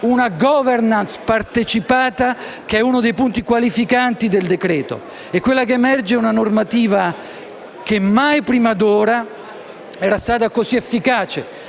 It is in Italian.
una *governance* partecipata, che è uno dei punti qualificanti del decreto-legge. Quella che emerge è una normativa che mai prima d'ora era stata così efficace,